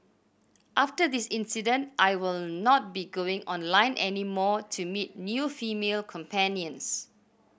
after this incident I will not be going online any more to meet new female companions